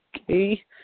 Okay